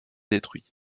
détruit